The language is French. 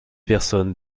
personne